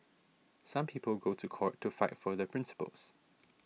some people go to court to fight for their principles